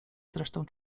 zresztą